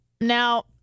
Now